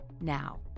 now